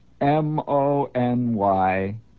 M-O-N-Y